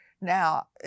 now